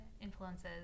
influences